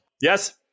Yes